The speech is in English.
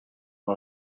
for